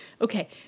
okay